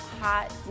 hot